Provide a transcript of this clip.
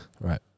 Right